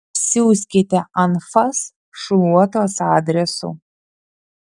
siųskite anfas šluotos adresu